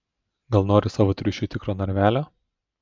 gal nori savo triušiui tikro narvelio